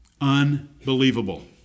Unbelievable